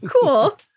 cool